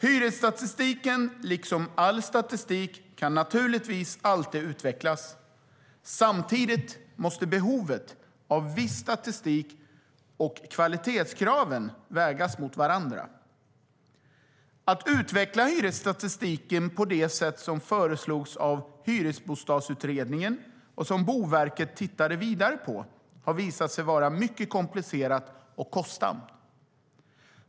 Hyresstatistiken, liksom all statistik, kan naturligtvis alltid utvecklas. Samtidigt måste behovet av viss statistik och kvalitetskraven vägas mot varandra. Att utveckla hyresstatistiken på det sätt som föreslogs av Hyresbostadsutredningen och som Boverket tittade vidare på har visat sig vara mycket komplicerat och kostsamt.